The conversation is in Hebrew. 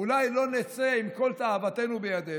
אולי לא נצא עם כל תאוותנו בידנו,